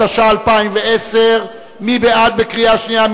התשע"א 2010. מי בעד בקריאה שנייה?